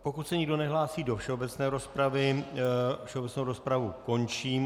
Pokud se nikdo nehlásí do všeobecné rozpravy, všeobecnou rozpravu končím.